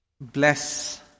bless